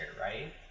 right